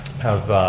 have